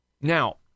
Now